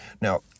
Now